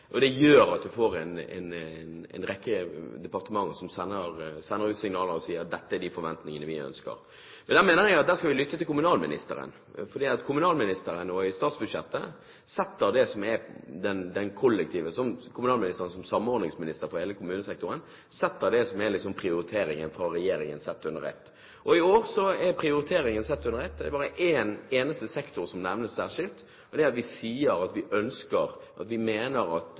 ivareta. Det gjør at man får en rekke departementer som sender ut signaler og sier: Dette er de forventningene vi har. Der mener jeg at vi skal lytte til kommunalministeren, for kommunalministeren, som «samordningsminister» for hele kommunesektoren, ser regjeringens prioriteringer i statsbudsjettet under ett. I år er det én eneste sektor som nevnes særskilt i prioriteringene, og det er at vi sier at kommuneopplegget i år gir rom for 400 nye stillinger i barnevernet. Så merker jeg meg at